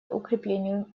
укреплению